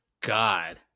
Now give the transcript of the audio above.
God